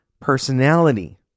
personality